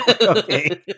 Okay